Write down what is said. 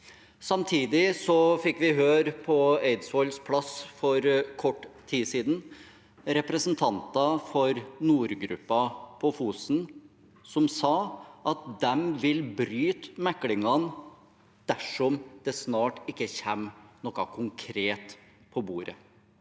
Samtidig fikk vi på Eidsvolls plass for kort tid siden høre representanter for Nordgruppen på Fosen, som sa at de vil bryte meklingen dersom det ikke snart kommer noe konkret på bordet.